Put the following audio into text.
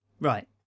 Right